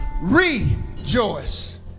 rejoice